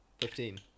Fifteen